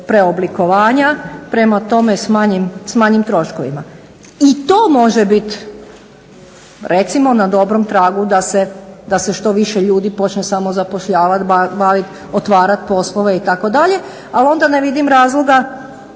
preoblikovanja, prema tome s manjim troškovima. I to može biti recimo na dobrom tragu da se što više ljudi počne samo zapošljavati, baviti, otvarati poslove itd. Ali onda ne vidim razloga